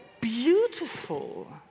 beautiful